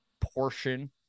portion